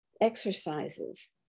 exercises